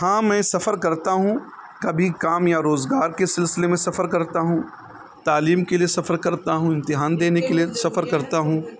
ہاں میں سفر کرتا ہوں کبھی کام یا روزگار کے سلسلے میں سفر کرتا ہوں تعلیم کے لیے سفر کرتا ہوں امتحان دینے کے لیے سفر کرتا ہوں